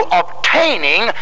obtaining